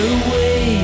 away